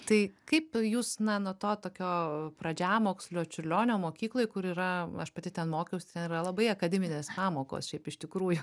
tai kaip jūs na nuo to tokio pradžiamokslio čiurlionio mokykloj kur yra aš pati ten mokiaus ten yra labai akademinės pamokos šiaip iš tikrųjų